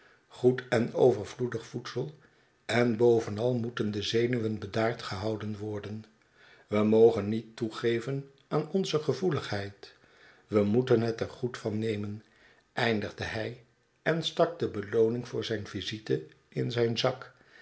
goed en overvloedig voedsel en bovenal moeten de zenuwen bedaard gehouden worden we mogen niet toegeven aan onze gevoeligheid we moeten het er goed van nemen eindigde hij en stak de belooning voor zijn visite in zijn zak